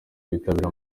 bitabira